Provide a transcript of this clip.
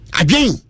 again